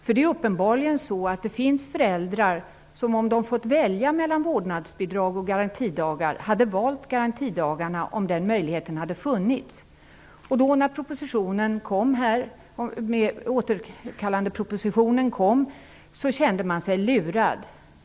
Det finns uppenbarligen föräldrar som, om de hade fått välja mellan vårdnadsbidrag och garantidagar, hade valt garantidagar om den möjligheten hade funnits. När återställarpropositionen lades fram kände man sig lurad.